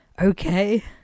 Okay